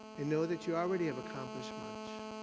and know that you already have accomplished much.